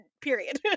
period